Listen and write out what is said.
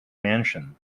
mansion